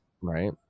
right